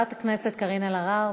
חברת הכנסת קארין אלהרר,